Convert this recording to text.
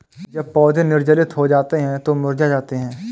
जब पौधे निर्जलित हो जाते हैं तो मुरझा जाते हैं